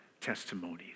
testimonies